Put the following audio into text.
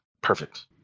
Perfect